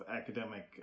academic